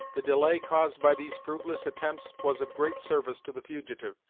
the delay caused by these fruitless attempts was of great service to the fugitive,